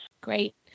Great